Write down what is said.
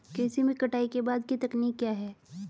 कृषि में कटाई के बाद की तकनीक क्या है?